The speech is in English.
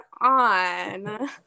on